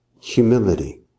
Humility